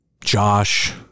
Josh